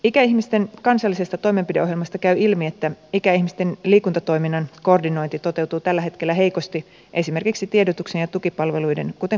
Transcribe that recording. ikäihmisten kansallisesta toimenpideohjelmasta käy ilmi että ikäihmisten liikuntatoiminnan koordinointi toteutuu tällä hetkellä heikosti esimerkiksi tiedotuksen ja tukipalveluiden kuten kuljetuksen osalta